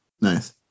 nice